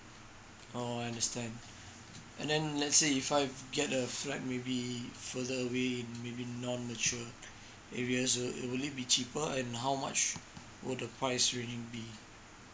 oh I understand and then let's say if I get a flat maybe further away in maybe non mature areas uh will it be cheaper and how much would the price range be